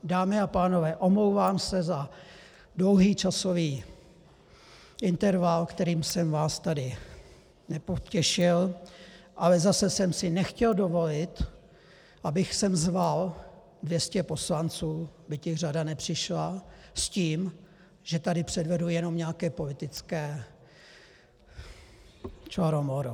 Dámy a pánové, omlouvám se za dlouhý časový interval, kterým jsem vás tady nepotěšil, ale zase jsem si nechtěl dovolit, abych sem zval 200 poslanců, byť jich řada nepřišla, s tím, že tady předvedu jenom nějaké politické čoro moro.